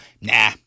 Nah